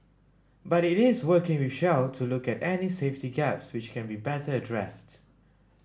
but it is working with Shell to look at any safety gaps which can be better addressed